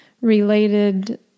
related